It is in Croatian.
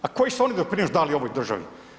A koji su oni doprinos dali ovoj državi?